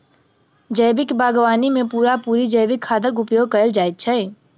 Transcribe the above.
जैविक बागवानी मे पूरा पूरी जैविक खादक उपयोग कएल जाइत छै